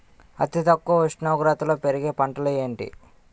అతి తక్కువ ఉష్ణోగ్రతలో పెరిగే పంటలు ఏంటి?